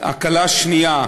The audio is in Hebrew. הקלה שנייה,